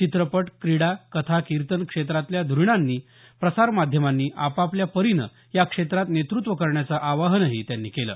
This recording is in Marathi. चित्रपट क्रीडा कथा कीर्तन क्षेत्रांतल्या ध्ररीणांनी प्रसार माध्यमांनी आपापल्या परीनं या क्षेत्रात नेतृत्त्व करण्याचं आवाहनही त्यांनी केलं